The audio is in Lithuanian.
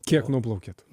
kiek nuplaukiat